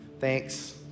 thanks